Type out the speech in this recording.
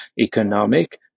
economic